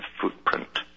footprint